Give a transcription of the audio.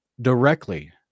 directly